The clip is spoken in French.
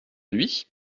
lui